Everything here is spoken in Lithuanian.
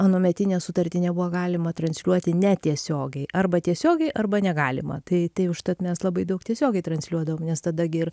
anuometinę sutartį nebuvo galima transliuoti netiesiogiai arba tiesiogiai arba negalima tai tai užtat mes labai daug tiesiogiai transliuodavom nes tada gi